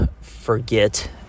forget